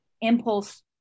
impulse